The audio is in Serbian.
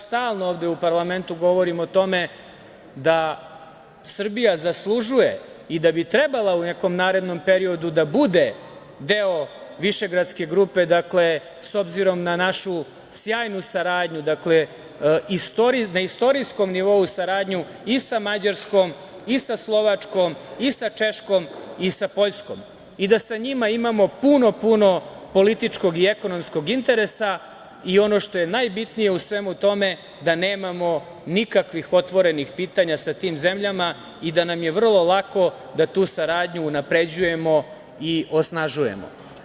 Stalno ovde u parlamentu govorim o tome da Srbija zaslužuje i da bi trebala u nekom narednom periodu da bude deo Višegradske grupe s obzirom na našu sjajnu saradnju, na istorijskom nivou saradnju i sa Mađarskom i sa Slovačkom i sa Češkom i sa Poljskom i da sa njima imamo puno, puno političkog i ekonomskog interesa i ono što je najbitnije u svemu tome da nemamo nikakvih otvorenih pitanja sa tim zemljama i da nam je vrlo lako da tu saradnju unapređujemo i osnažujemo.